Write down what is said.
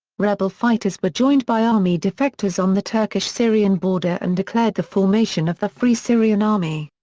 rebel fighters were joined by army defectors on the turkish-syrian border and declared the formation of the free syrian army.